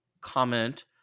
comment